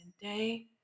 day